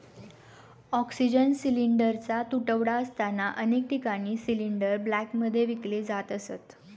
oxygen सिलिंडरचा तुटवडा असताना अनेक ठिकाणी सिलिंडर ब्लॅकमध्ये विकले जात असत